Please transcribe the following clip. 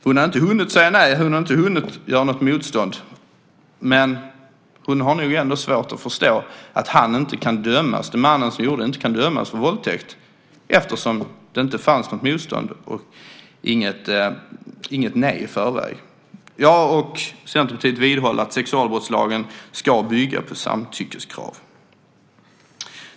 Hon hade inte hunnit säga nej och hon hade inte hunnit göra något motstånd, men hon har nog ändå svårt att förstå att mannen som gjorde detta inte kan dömas för våldtäkt eftersom det inte fanns något motstånd och inget nej i förväg. Jag och Centerpartiet vidhåller att sexualbrottslagen ska bygga på samtyckeskrav.